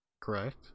Correct